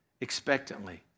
expectantly